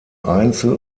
einzel